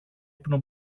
ύπνο